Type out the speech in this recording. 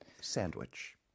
sandwich